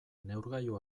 neurgailu